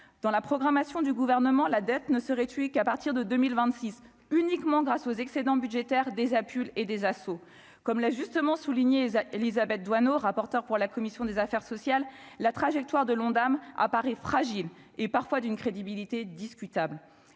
dans la programmation du gouvernement, la dette ne serait tués qu'à partir de 2026 uniquement grâce aux excédents budgétaires des APUL et des assauts, comme l'a justement souligné Élisabeth Doineau, rapporteur pour la commission des affaires sociales, la trajectoire de l'Ondam apparaît fragile et parfois d'une crédibilité discutable